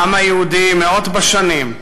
העם היהודי, מאות בשנים,